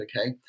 okay